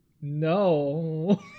No